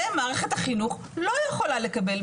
זה מערכת החינוך לא יכולה לקבל,